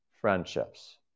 friendships